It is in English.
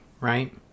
right